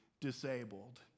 disabled